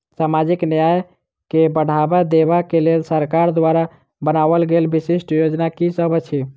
सामाजिक न्याय केँ बढ़ाबा देबा केँ लेल सरकार द्वारा बनावल गेल विशिष्ट योजना की सब अछि?